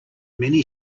many